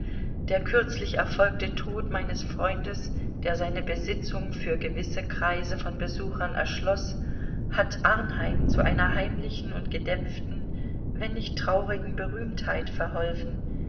der kürzlich erfolgte tod meines freundes der seine besitzung für gewisse kreise von besuchern erschloß hat arnheim zu einer heimlichen und gedämpften wenn nicht traurigen berühmtheit verholfen